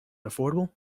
affordable